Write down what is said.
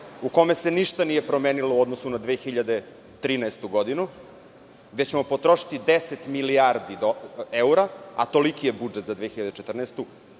u kome se ništa nije promenilo u odnosu na 2013. godinu, gde ćemo potrošiti 10 milijardi evra, a toliki je budžet za 2014.